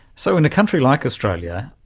so in a country like australia,